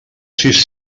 sis